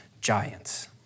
giants